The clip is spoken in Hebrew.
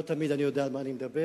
לא תמיד אני יודע על מה אני מדבר,